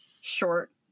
short